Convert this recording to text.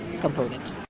component